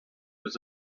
was